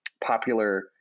popular